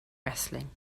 wrestling